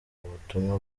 ubutumwa